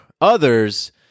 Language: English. others